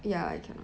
ya I cannot